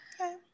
Okay